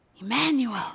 Emmanuel